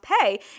pay